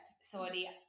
sorry